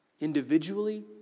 individually